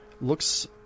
Looks